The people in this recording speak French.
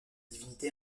divinité